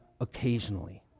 occasionally